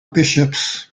bishops